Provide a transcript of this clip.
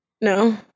No